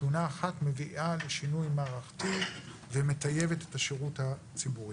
תלונה אחת מביאה לשינוי מערכתי ומטייבת את השירות הציבורי.